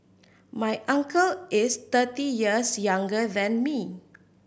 my uncle is thirty years younger than me